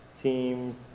Team